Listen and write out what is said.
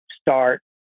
start